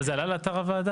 אבל זה עלה לאתר הוועדה.